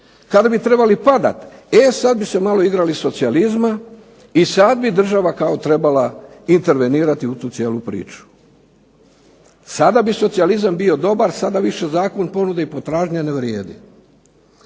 kada bi trebali padati, e sad bi se malo igrali socijalizma i sad bi država kao trebala intervenirati u tu cijelu priču. Sada bi socijalizam bio dobar, sada više zakon ponude i potražnje ne vrijedi.